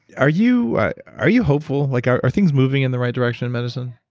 are you are you hopeful? like are are things moving in the right direction in medicine?